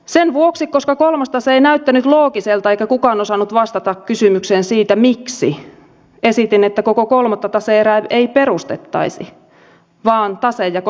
sen vuoksi että kolmas tase ei näyttänyt loogiselta eikä kukaan osannut vastata kysymykseen siitä miksi esitin että koko kolmatta tase erää ei perustettaisi vaan tasejako säilytettäisiin entisellään